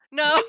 no